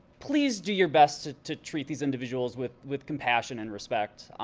please do your best to to treat these individuals with with compassion and respect.